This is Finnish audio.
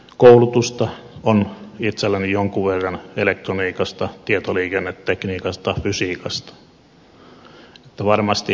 koulutusta on itselläni jonkun verran elektroniikasta tietoliikennetekniikasta fysiikasta niin että varmasti ymmärrystä löytyy